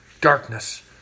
darkness